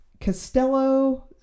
Costello